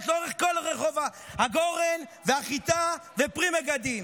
לאורך כל רחוב הגורן והחיטה ופרי מגדים.